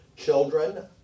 children